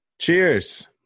Cheers